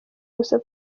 gusa